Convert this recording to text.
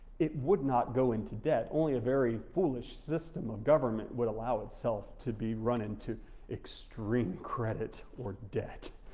it would not go into debt, only a very foolish system of government would allow itself to be run into extreme credit or debt.